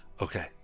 Okay